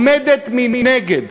עומדת מנגד.